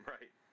Right